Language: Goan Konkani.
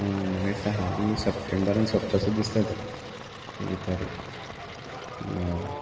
हय म्हाका दिसता हालीं सप्टेंबरान सोंपता सो दिसता तो तेजी तारीक हय